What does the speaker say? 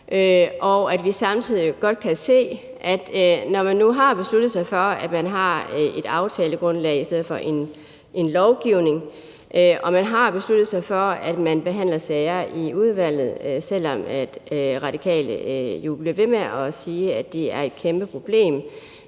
og at vi samtidig godt kan se, at når man nu har besluttet sig for at have et aftalegrundlag i stedet for en lovgivning, og man har besluttet sig for, at sager skal behandles i udvalget, selv om Radikale jo bliver ved med at sige, at det er et kæmpe problem,